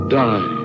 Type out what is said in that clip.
die